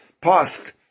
past